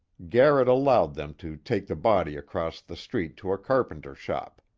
garrett allowed them to take the body across the street to a carpenter shop,